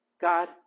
God